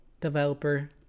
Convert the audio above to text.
developer